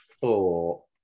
four